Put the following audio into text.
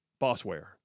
Bossware